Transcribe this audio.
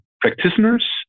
practitioners